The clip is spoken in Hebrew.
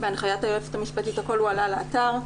בהנחיית היועצת המשפטית הכול הועלה לאתר.